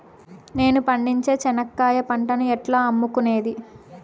మేము పండించే చెనక్కాయ పంటను ఎట్లా అమ్ముకునేది?